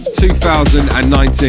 2019